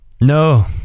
No